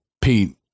Pete